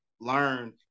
learn